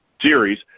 series